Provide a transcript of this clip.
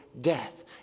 death